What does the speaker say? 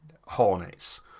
hornets